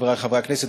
חברי חברי הכנסת,